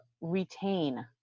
retain